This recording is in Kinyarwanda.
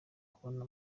kubona